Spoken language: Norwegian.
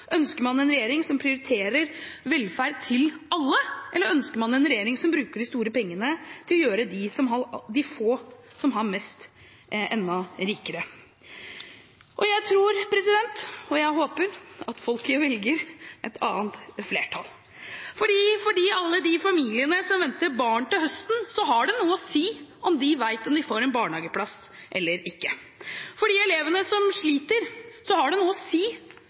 Ønsker man en regjering som prioriterer velferd til alle, eller ønsker man en regjering som bruker de store pengene på å gjøre de få som har mest, enda rikere? Jeg tror – og jeg håper – at folk velger et annet flertall. For alle de familiene som venter barn til høsten, har det noe å si om de vet om de får en barnehageplass eller ikke. For de elevene som sliter, har det noe å si